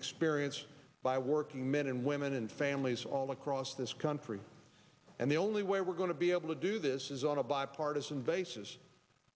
experienced by working men and women and families all across this country and the only way we're going to be able to do this is on a bipartisan basis